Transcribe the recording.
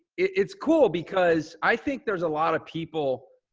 it's cool because i think there's a lot of people.